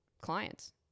clients